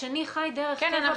השני חי דרך קבע בחו"ל.